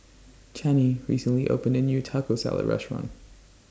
Chanie recently opened A New Taco Salad Restaurant